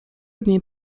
dni